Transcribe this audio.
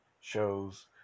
shows